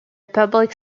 public